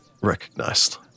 recognized